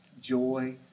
joy